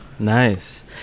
nice